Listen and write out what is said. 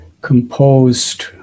composed